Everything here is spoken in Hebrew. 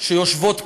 שיושבות פה: